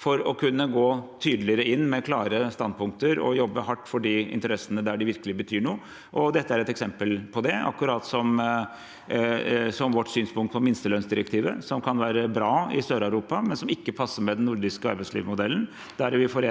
for å kunne gå tydeligere inn med klare standpunkter og jobbe hardt for interessene der det virkelig betyr noe. Dette er et eksempel på det, akkurat som vårt synspunkt på minstelønnsdirektivet, som kan være bra i Sør-Europa, men som ikke passer med den nordiske arbeidslivsmodellen. Der er vi for